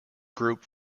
group